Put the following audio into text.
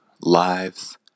Lives